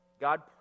god